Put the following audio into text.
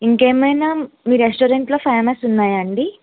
ఇంకేమైనా మీ రెస్టారెంట్ లో ఫేమస్ ఉన్నాయా అండి